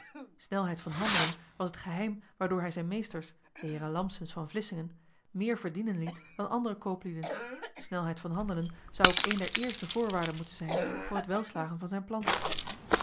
snelheid van handelen was het geheim waardoor hij zijn meesters de heeren lampsens van vlissingen meer verdienen liet dan andere kooplieden snelheid van handelen zou ook een der eerste voorwaarden moeten zijn voor het welslagen van zijn plan